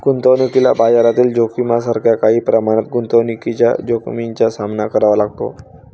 गुंतवणुकीला बाजारातील जोखमीसारख्या काही प्रमाणात गुंतवणुकीच्या जोखमीचा सामना करावा लागतो